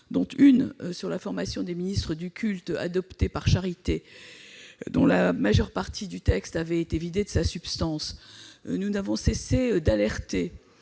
dont une relative à la formation des ministres du culte, adoptée par charité, la majeure partie du texte ayant été vidée de sa substance. Nous n'avons eu de cesse d'alerter.